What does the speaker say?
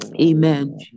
Amen